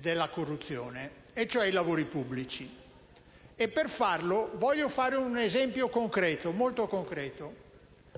della corruzione: i lavori pubblici. Per farlo, voglio fare un esempio molto concreto: